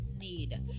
need